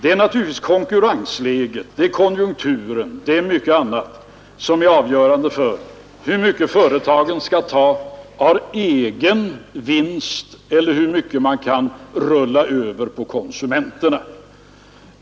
Det är naturligtvis konkurrensläget, konjunkturen och mycket annat som avgör hur mycket företaget skall ta av sin egen vinst eller hur mycket det kan rulla över på konsumenterna.